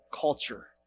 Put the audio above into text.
culture